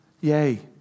Yay